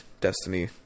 Destiny